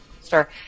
sir